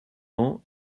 ans